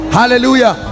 hallelujah